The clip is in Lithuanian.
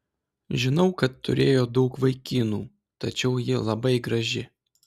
žinau kad turėjo daug vaikinų tačiau ji labai graži